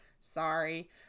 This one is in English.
sorry